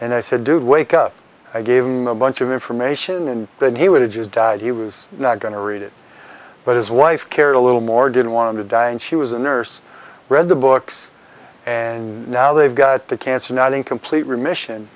and i said dude wake up i gave him a bunch of information and then he would have his dad he was not going to read it but his wife cared a little more didn't want to die and she was a nurse read the books and now they've got the cancer not in complete remission